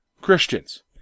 Christians